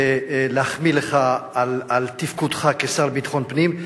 להחמיא לך על תפקודך כשר לביטחון פנים.